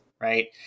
Right